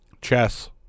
Chess